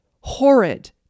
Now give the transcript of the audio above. horrid